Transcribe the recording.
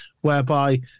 whereby